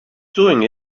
doing